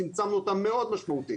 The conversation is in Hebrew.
צמצמנו אותם מאוד משמעותית,